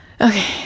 Okay